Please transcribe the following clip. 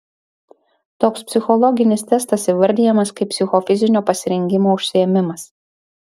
toks psichologinis testas įvardijamas kaip psichofizinio pasirengimo užsiėmimas